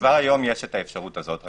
כבר היום יש האפשרות הזו.